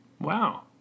Wow